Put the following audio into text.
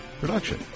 production